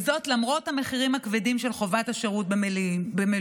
וזאת למרות המחירים הכבדים של חובת השירות במילואים,